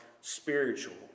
spiritual